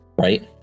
Right